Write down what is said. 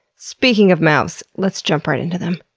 speaking of mouths, let's jump right into them.